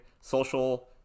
social